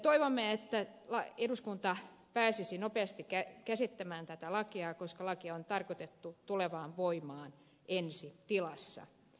toivomme että eduskunta pääsisi nopeasti käsittelemään tätä lakia koska laki on tarkoitettu tulemaan voimaan ensi tilassa